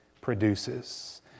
produces